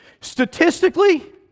Statistically